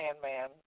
Sandman